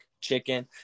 chicken